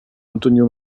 antonio